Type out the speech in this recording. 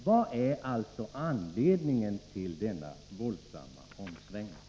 Vad är anledningen till den våldsamma omsvängningen?